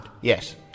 Yes